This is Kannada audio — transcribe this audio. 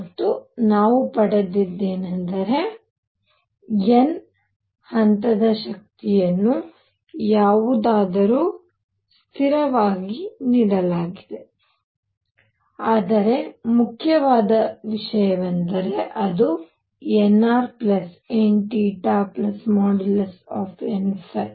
ಮತ್ತು ನಾವು ಪಡೆದದ್ದೇನೆಂದರೆ n ನೇ ಹಂತದ ಶಕ್ತಿಯನ್ನು ಯಾವುದಾದರೂ ಸ್ಥಿರವಾಗಿ ನೀಡಲಾಗಿದೆ ಆದರೆ ಮುಖ್ಯವಾದ ವಿಷಯವೆಂದರೆ ಅದು nrn|n|